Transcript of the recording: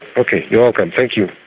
okay. you're welcome. thank you.